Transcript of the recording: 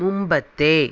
മുമ്പത്തെ